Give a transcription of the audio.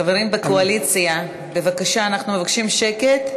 חברים בקואליציה, בבקשה, אנחנו מבקשים שקט.